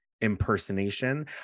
impersonation